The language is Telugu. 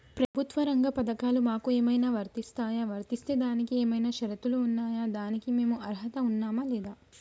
ప్రభుత్వ రంగ పథకాలు మాకు ఏమైనా వర్తిస్తాయా? వర్తిస్తే దానికి ఏమైనా షరతులు ఉన్నాయా? దానికి మేము అర్హత ఉన్నామా లేదా?